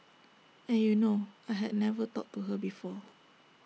and you know I had never talked to her before